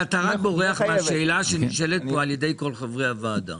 אתה בורח מהשאלה שנשאלת כאן על ידי כל חברי הוועדה,